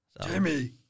Jimmy